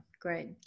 Great